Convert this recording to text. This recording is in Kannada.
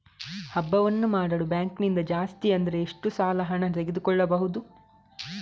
ಹಬ್ಬವನ್ನು ಮಾಡಲು ಬ್ಯಾಂಕ್ ನಿಂದ ಜಾಸ್ತಿ ಅಂದ್ರೆ ಎಷ್ಟು ಸಾಲ ಹಣ ತೆಗೆದುಕೊಳ್ಳಬಹುದು?